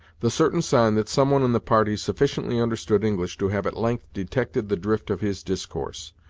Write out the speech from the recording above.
the certain sign that some one in the party sufficiently understood english to have at length detected the drift of his discourse.